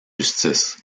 justice